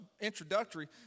introductory